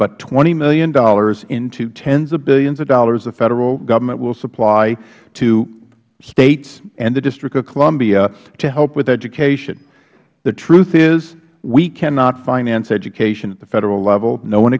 but twenty dollars million into tens of billions of dollars the federal government will supply to states and the district of columbia to help with education the truth is we cannot finance education at the federal level no one